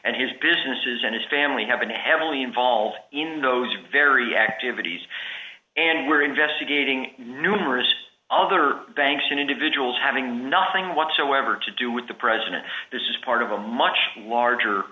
and his businesses and his family have been heavily involved in those very activities and we're investigating numerous other banks and individuals having nothing whatsoever to do with the president this is part of a much larger